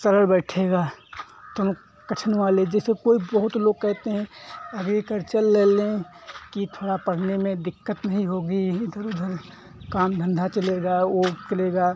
सरल बैठेगा तो हम कठिन वाले जैसे कोई बहुत लोग कहते हैं एग्रीकर्चल ले लें कि थोड़ा पढ़ने में दिक्कत नहीं होगी इधर उधर काम धंधा चलेगा ओ भी चलेगा